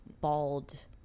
bald